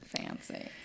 fancy